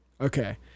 Okay